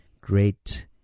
great